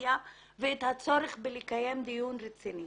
באוכלוסייה ואת הצורך בקיום דיון רציני.